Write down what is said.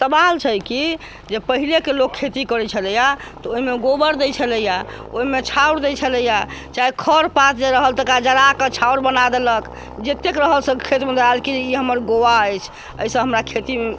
सवाल छै की जे के पहले के लोक खेती करै छलैया तऽ ओहिमे गोबर दै छलैया ओहिमे छाउर दै छलैया चाहे खर पात जे रहल तकरा जरा के छाउर बना देलक जतेक रहल सबके खेत मे देलक जे ई हमर गोआ अछि एहिसँ हमर खेती